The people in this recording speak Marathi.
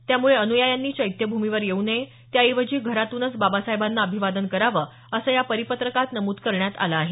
त्यामुळे अनुयायांनी चैत्यभूमीवर येवू नये त्या ऐवजी घरातूनच बाबासाहेबांना अभिवादन करावं असं या परिपत्रकात नमूद करण्यात आलं आहे